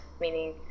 meaning